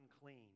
unclean